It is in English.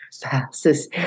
passes